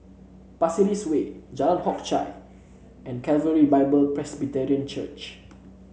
Pasir Ris Way Jalan Hock Chye and Calvary Bible Presbyterian Church